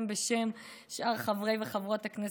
גם בשם שאר חברי וחברות הכנסת,